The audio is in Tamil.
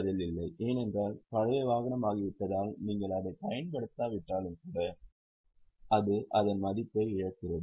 பதில் இல்லை ஏனென்றால் பழைய வாகனமாகிவிட்டதால் நீங்கள் அதைப் பயன்படுத்தாவிட்டாலும் கூட அது அதன் மதிப்பை இழக்கிறது